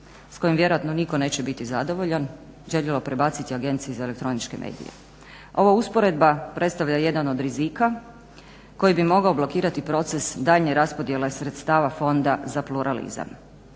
s kojim vjerojatno nitko neće biti zadovoljan želimo prebaciti Agenciji za elektroničke medije. Ova usporedba predstavlja jedan od rizika koji bi mogao blokirati proces daljnje raspodjele sredstava fonda za pluralizam.